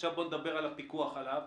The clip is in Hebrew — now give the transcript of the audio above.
עכשיו נדבר על הפיקוח עליו.